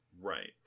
right